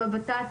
עם הוות"ת,